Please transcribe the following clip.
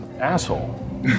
asshole